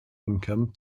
income